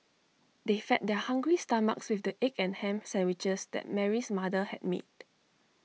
they fed their hungry stomachs with the egg and Ham Sandwiches that Mary's mother had made